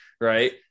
Right